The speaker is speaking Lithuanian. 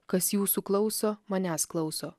kas jūsų klauso manęs klauso